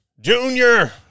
junior